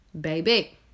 Baby